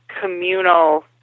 communal